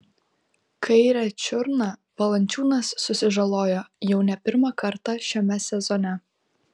kairę čiurną valančiūnas susižalojo jau ne pirmą kartą šiame sezone